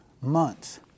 months